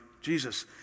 Jesus